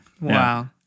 Wow